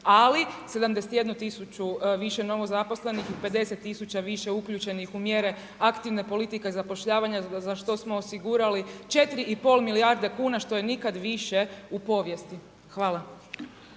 ali 71.000 više novozaposlenih i 50.000 više uključenih u mjere aktivne politike zapošljavanja za što smo osigurali 4,5 milijarde kuna što je nikad više u povijesti. Hvala.